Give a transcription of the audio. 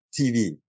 tv